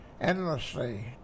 endlessly